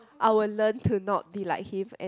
I will learn to not be like him and